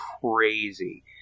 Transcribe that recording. crazy